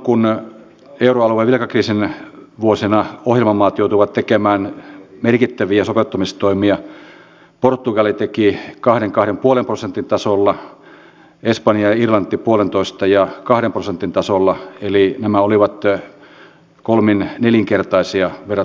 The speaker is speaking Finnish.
sen lisäksi me teemme leikkauksia valitettavasti myös esimerkiksi sentyyppiseen toimintaan joka ei näy kansalaisten arjessa mutta on osa sosiaali ja terveyspolitiikkaa kuten edustaja sarkomaan esiin nostama erittäin tärkeä tutkimustoiminta